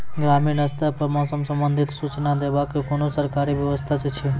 ग्रामीण स्तर पर मौसम संबंधित सूचना देवाक कुनू सरकारी व्यवस्था ऐछि?